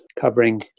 covering